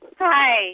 Hi